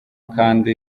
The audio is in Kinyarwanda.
kandi